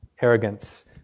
arrogance